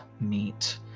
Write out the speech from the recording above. meet